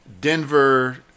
Denver